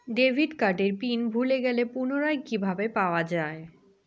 Debit কার্ডের pin ভুলে গেলে পুনরায় কিভাবে পাওয়া য়ায়?